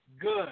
good